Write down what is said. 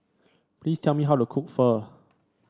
please tell me how to cook Pho